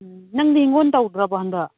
ꯅꯪꯗꯤ ꯍꯤꯡꯒꯣꯟ ꯇꯧꯗ꯭ꯔꯕꯣ ꯍꯟꯗꯛ